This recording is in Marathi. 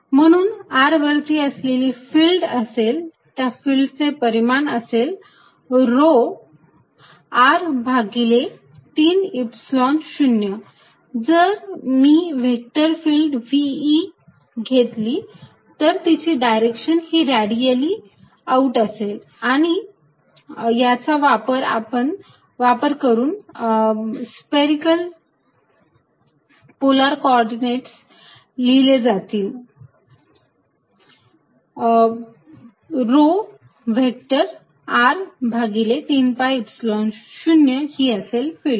म्हणून r वरती असलेली फिल्ड असेल त्या फिल्ड चे परिमाण असेल रो r भागिले 3 Epsilon 0 जर मी व्हेक्टर फिल्ड v E घेतली तर तिची डायरेक्शन ही रॅडिअल्ली आउट असेल आणि याचा वापर करून स्फेरिकल पोलार कॉर्डिनेटस लिहिले जातील रो व्हेक्टर r भागिले 3 Epsilon 0 ही असेल फिल्ड